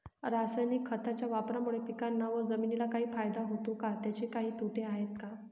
रासायनिक खताच्या वापरामुळे पिकांना व जमिनीला काही फायदा होतो का? त्याचे काही तोटे आहेत का?